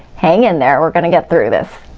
hang in there we're gonna get through this.